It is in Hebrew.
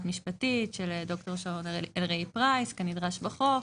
משפטית של ד"ר שרונה פרייס כנדרש בחוק.